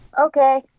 okay